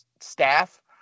staff